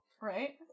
Right